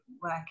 work